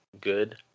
good